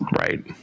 Right